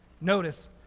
Notice